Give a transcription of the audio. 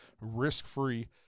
risk-free